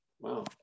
Wow